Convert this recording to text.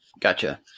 gotcha